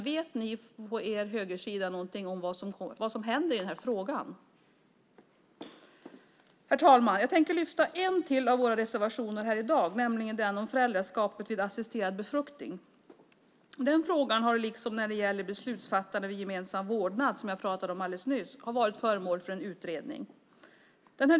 Vet ni på högersidan vad som händer i frågan? Herr talman! Jag tänkte lyfta fram en reservation till i dag, nämligen den om föräldraskap vid assisterad befruktning. Den frågan har, liksom beslutsfattande vid gemensam vårdnad som jag pratade om alldeles nyss, varit föremål för en utredning.